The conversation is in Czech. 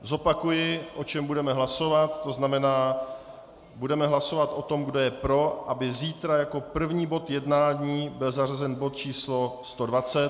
Zopakuji, o čem budeme hlasovat, to znamená budeme hlasovat o tom, kdo je pro, aby zítra jako první bod jednání byl zařazen bod číslo 120.